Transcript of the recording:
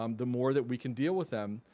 um the more that we can deal with them.